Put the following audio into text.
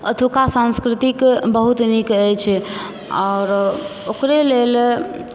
अतुका सांस्कृतिक बहुत नीक अछि आओर ओकरे लेल